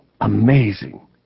Amazing